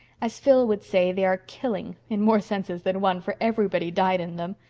as phil would say they are killing in more senses than one, for everybody died in them.